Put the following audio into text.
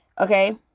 okay